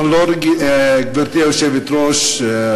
גברתי היושבת-ראש,